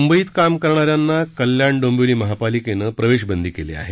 मुंबईत काम करणाऱ्यांना कल्याण डोंबिवली महापालिकेनं प्रवेश बंदी केली आहे